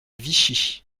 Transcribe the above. vichy